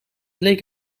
bleek